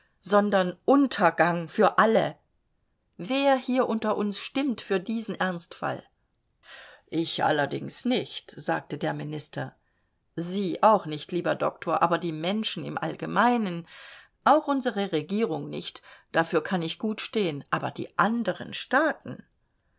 sondern untergang für alle wer hier unter uns stimmt für diesen ernstfall ich allerdings nicht sagte der minister sie auch nicht lieber doktor aber die menschen im allgemeinen auch unsere regierung nicht dafür kann ich gutstehen aber die anderen staaten